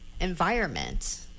environment